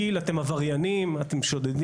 כי"ל, אתם עבריינים, אתם שודדים.